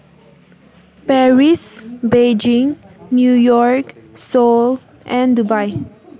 Paris Beijing New York Seoul and Dubai